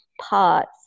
parts